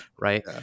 Right